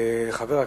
מס'